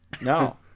No